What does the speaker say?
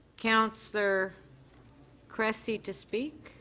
councillor cressy to speak.